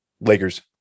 Lakers